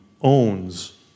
owns